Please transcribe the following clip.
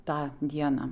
tą dieną